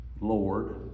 Lord